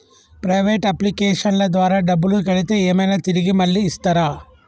Private అప్లికేషన్ల ద్వారా డబ్బులు కడితే ఏమైనా తిరిగి మళ్ళీ ఇస్తరా?